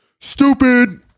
Stupid